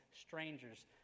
strangers